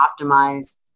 optimize